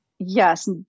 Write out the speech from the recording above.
yes